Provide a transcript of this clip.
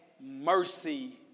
mercy